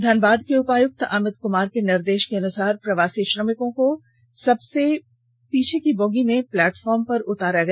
धनबाद उपायुक्त अमित कुमार के निर्देशानुसार प्रवासी श्रमिकों को सबसे और सबसे पीछे की बोगी से प्लेटफॉर्म पर उतारा गया